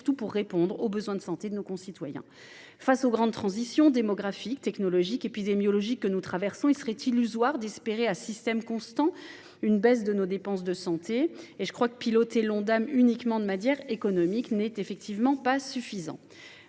surtout pour répondre aux besoins de santé de nos concitoyens. Face aux grandes transitions démographiques, technologiques et épidémiologiques que nous traversons, il serait illusoire d’espérer à système constant une baisse de nos dépenses de santé. Piloter l’Ondam uniquement de manière économique n’est pas suffisant.